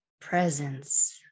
presence